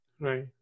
Right